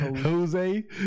Jose